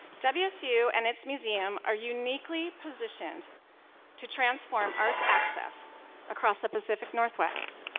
wsu and its museum are uniquely positioned to transform arts access across pacific northwest.